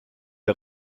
der